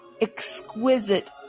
exquisite